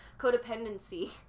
Codependency